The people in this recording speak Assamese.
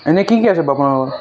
এনেই কি কি আছে বাৰু আপোনাৰ লগত